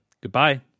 Goodbye